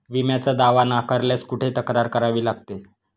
विम्याचा दावा नाकारल्यास कुठे तक्रार करावी लागते?